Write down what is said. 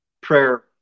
prayer